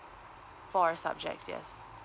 four subjects yes